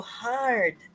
hard